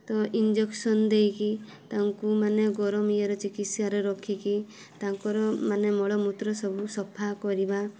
ତ ଇଞ୍ଜେକ୍ସନ୍ ଦେଇକି ତାଙ୍କୁ ମାନେ ଗରମ ଇଏରେ ଚିକିତ୍ସାରେ ରଖିକି ତାଙ୍କର ମାନେ ମଳମୂତ୍ର ସବୁ ସଫା କରିବା